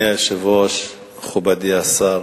אדוני היושב-ראש, מכובדי השר,